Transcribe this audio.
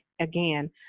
again